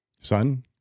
Son